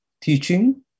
teaching